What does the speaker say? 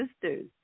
sisters